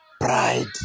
Pride